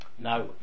No